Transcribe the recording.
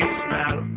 smell